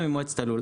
ומועצת הלול.